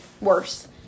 worse